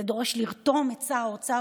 זה דורש לרתום את השר האוצר,